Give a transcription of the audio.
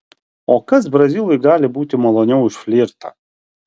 o kas brazilui gali būti maloniau už flirtą